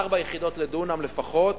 ארבע יחידות לדונם לפחות,